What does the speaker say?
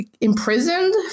imprisoned